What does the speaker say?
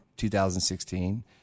2016